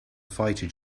fighter